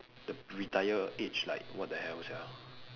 the retire age like what the hell sia